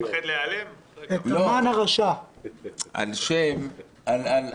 תודה רבה שאפשרתם לי לדבר.